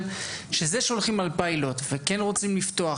כשהולכים על פיילוט וכן רוצים לפתוח,